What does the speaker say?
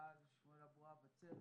המנכ"ל שמואל אבוהב, הצוות.